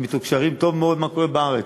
הם מתוקשרים טוב מאוד עם מה שקורה בארץ.